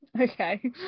okay